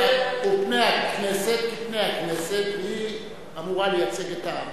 ופני הכנסת כפני הכנסת, והיא אמורה לייצג את העם.